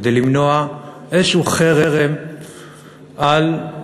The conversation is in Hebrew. כדי למנוע איזשהו חרם על,